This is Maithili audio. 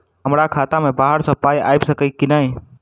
हमरा खाता मे बाहर सऽ पाई आबि सकइय की नहि?